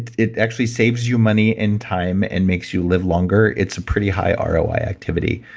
it actually saves you money and time and makes you live longer. it's a pretty high ah roi activity.